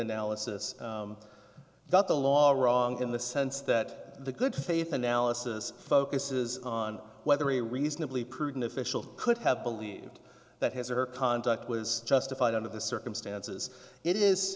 analysis that the law wrong in the sense that the good faith analysis focuses on whether a reasonably prudent official could have believed that his or her conduct was justified under the circumstances it is